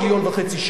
1.5 מיליון שקל.